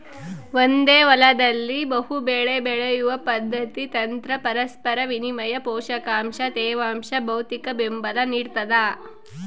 ಒಂದೇ ಹೊಲದಲ್ಲಿ ಬಹುಬೆಳೆ ಬೆಳೆಯುವ ಪದ್ಧತಿ ತಂತ್ರ ಪರಸ್ಪರ ವಿನಿಮಯ ಪೋಷಕಾಂಶ ತೇವಾಂಶ ಭೌತಿಕಬೆಂಬಲ ನಿಡ್ತದ